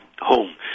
home